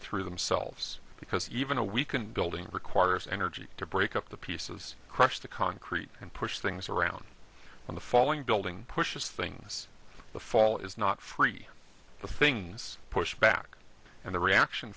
through themselves because even a weakened building requires energy to break up the pieces crush the concrete and push things around in the following building pushes things the fall is not free the things push back and the reaction